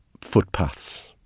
footpaths